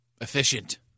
Efficient